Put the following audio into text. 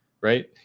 right